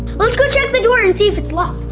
let's go check the door and see if it's locked.